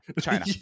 China